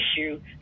issue